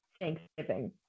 Thanksgiving